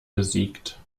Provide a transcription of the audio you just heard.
besiegt